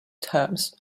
terms